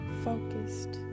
focused